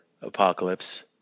Apocalypse